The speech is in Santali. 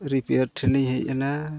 ᱴᱷᱮᱱᱞᱤᱧ ᱦᱮᱡ ᱮᱱᱟ